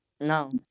No